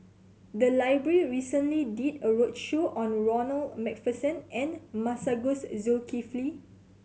the library recently did a roadshow on Ronald Macpherson and Masagos Zulkifli